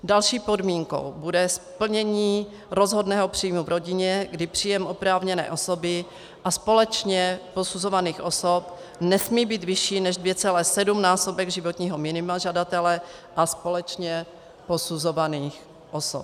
Další podmínkou bude splnění rozhodného příjmu v rodině, kdy příjem oprávněné osoby a společně posuzovaných osob nesmí být vyšší než 2,7násobek životního minima žadatele a společně posuzovaných osob.